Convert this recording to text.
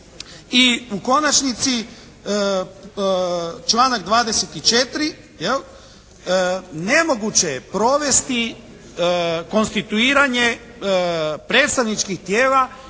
I u konačnici članak 24. jel', nemoguće je provesti konstituiranje predstavničkih tijela